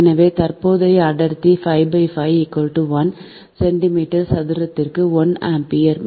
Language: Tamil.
எனவே தற்போதைய அடர்த்தி 5 5 1 சென்டிமீட்டர் சதுரத்திற்கு 1 ஆம்பியர்